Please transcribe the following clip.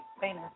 Venus